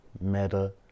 meta